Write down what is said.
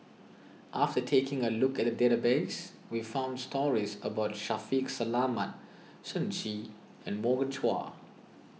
after taking a look at the database we found stories about Shaffiq Selamat Shen Xi and Morgan Chua